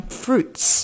fruits